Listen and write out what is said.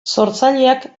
sortzaileak